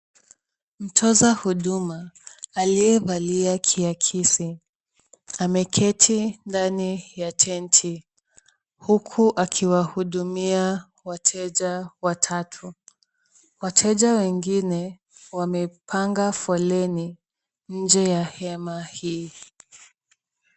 Mtoza huduma aliyevalia kiakisi ameketi ndani ya tenti huku akiwahudumia wateja watatu. Wateja wengine wamepanga foleni nje ya hema hii.